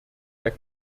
der